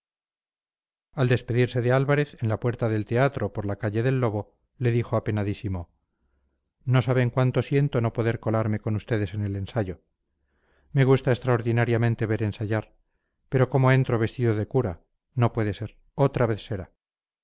al despedirse de álvarez en la puerta del teatro por la calle del lobo le dijo apenadísimo no saben cuánto siento no poder colarme con ustedes en el ensayo me gusta extraordinariamente ver ensayar pero cómo entro vestido de cura no puede ser otra vez será